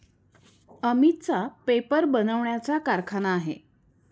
अमितचा पेपर बनवण्याचा कारखाना आहे